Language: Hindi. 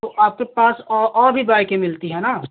तो आपके पास औ और भी बाइकें मिलती हैं ना